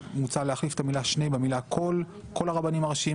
ומוצע להחליף את המילה "שני" במילה "כל" כל הרבנים הראשיים.